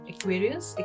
Aquarius